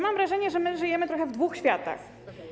Mam wrażenie, że żyjemy trochę w dwóch światach.